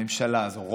הממשלה הזו,